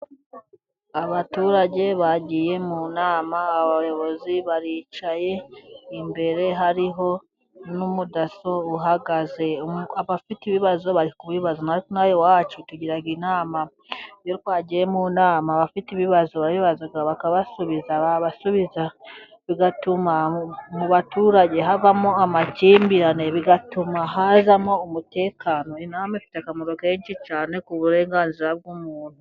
Are baturage bagiye mu nama, abayobozi baricaye imbere hariho n'umudaso uhagaze. Abafite ibibazo bari kubibaza. Na twe inaha iwacu tugira inama. Iyo twagiye mu nama abafite ibibazo barabibaza bakabasubiza. Babasubiza bigatuma mu baturage havamo amakimbirane. Bigatuma hazamo umutekano. Inama ifite akamaro kenshi cyane ku burenganzira bw'umuntu.